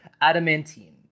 adamantine